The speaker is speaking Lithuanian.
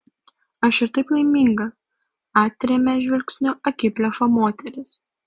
aš ir taip laiminga atrėmė žvilgsniu akiplėšą moteris